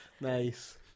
Nice